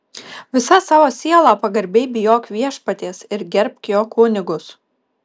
visa savo siela pagarbiai bijok viešpaties ir gerbk jo kunigus